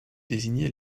désignaient